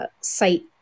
site